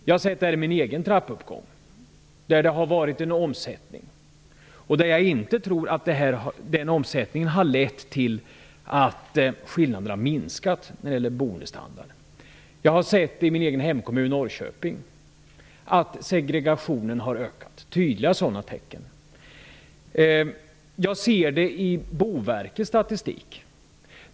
Jag har sett det i min egen trappuppgång, där det har varit en omsättning. Jag tror inte att den omsättningen har lett till att skillnaderna minskat när det gäller boendestandarden. Jag har sett tydliga tecken i min hemkommun Norrköping på att segregationen har ökat. Jag ser det i Boverkets statistik.